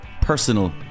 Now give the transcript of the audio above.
personal